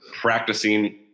practicing